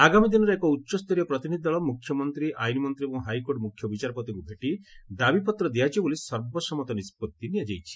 ଆଗାମୀ ଦିନରେ ଏକ ଉଚ୍ଚସ୍ତରୀୟ ପ୍ରତିନିଧି ଦଳ ମୁଖ୍ୟମନ୍ତୀ ଆଇନମନ୍ତୀ ଏବଂ ହାଇକୋର୍ଟ ମୁଖ୍ୟ ବିଚାରପତିଙ୍କୁ ଭେଟି ଦାବି ପତ୍ର ଦିଆଯିବ ବୋଲି ସର୍ବସମ୍ମତ ନିଷ୍ବଭି ନିଆଯାଇଛି